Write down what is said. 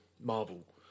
Marvel